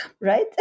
right